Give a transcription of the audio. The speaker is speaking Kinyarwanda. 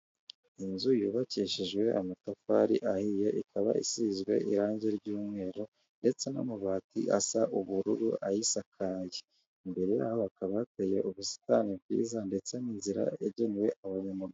Inzu yubakishijwe amatafari ahiye, ikaba isizwe irangi ry'umweru ndetse n'amabati asa ubururu ayisakaye, imbere yaho akaba yateye ubusitani bwiza ndetse n'inzira yagenewe abanyamaguru.